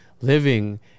living